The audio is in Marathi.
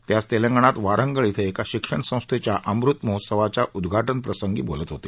ते आज तेलंगणात वारंगळ इथं एका शिक्षण संस्थेच्या अमृतमहोत्सवाच्या उद्घाटनप्रसंगी बोलत होते